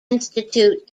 institute